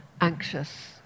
anxious